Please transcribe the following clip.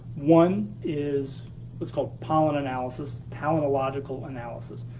one is what's called pollen analysis, palynological analysis.